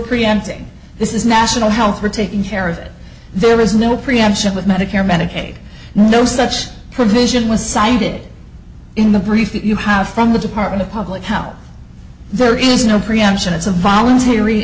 preempting this is national health we're taking care of it there is no preemption with medicare medicaid no such provision was cited in the brief that you have from the department of public health there is no preemption it's a voluntary